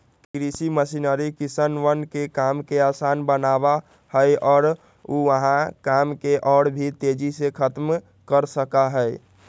कृषि मशीनरी किसनवन के काम के आसान बनावा हई और ऊ वहां काम के और भी तेजी से खत्म कर सका हई